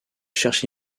cherche